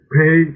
pay